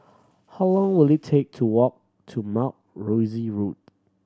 how long will it take to walk to Mount Rosie Road